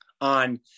on